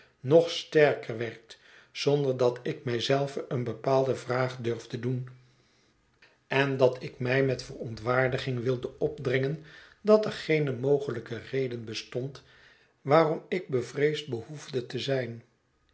nog sterker werd zonder dat ik mij zelve een bepaalde vraag durfde doen en dat ik mij met verontwaardiging wilde opdringen dat er geene mogelijke reden bestond waarom ik bevreesd behoefde te zijn